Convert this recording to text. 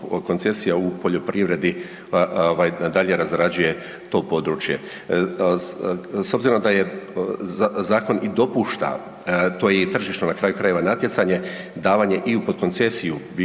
koncesijama u poljoprivredi dalje razrađuje to područje. S obzirom da je zakon i dopušta to je tržišno na kraju krajeva natjecanje, davanje i u koncesiju